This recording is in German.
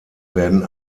werden